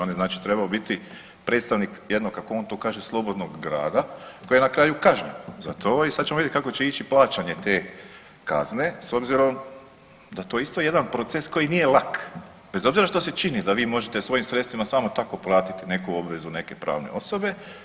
On je znači trebao biti predstavnik jednog kako on to kaže slobodnog grada koji je na kraju kažnjen za to i sad ćemo vidjeti kako će ići plaćanje te kazne s obzirom da je to isto jedan proces koji nije lak bez obzira što se čini da vi možete svojim sredstvima samo tako platiti neku obvezu, neke pravne osobe.